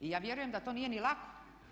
Ja vjerujem da to nije ni lako.